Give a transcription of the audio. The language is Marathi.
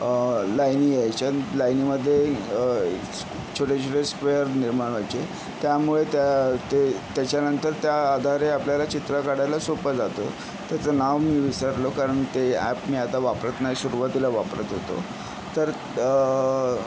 लाइनी यायच्या लाइनीमध्ये छोटे छोटे स्क्वेअर निर्माण व्हायचे त्यामुळे त्या ते त्याच्यानंतर त्या आधारे आपल्याला चित्र काढायला सोपं जातं त्याचं नाव मी विसरलो कारण ते ॲप मी आता वापरत नाही सुरवातीला वापरत होतो तर